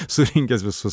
surinkęs visus